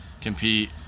compete